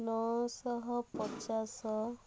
ନଅଶହ ପଚାଶ